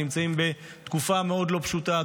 נמצאים בתקופה מאוד לא פשוטה,